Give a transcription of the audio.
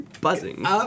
buzzing